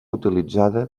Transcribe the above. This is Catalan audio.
utilitzada